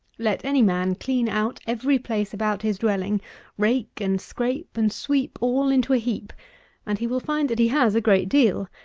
let any man clean out every place about his dwelling rake and scrape and sweep all into a heap and he will find that he has a great deal.